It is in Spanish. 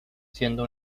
siendo